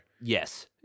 Yes